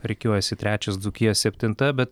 rikiuojasi trečias dzūkija septinta bet